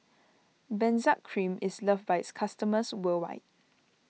Benzac Cream is loved by its customers worldwide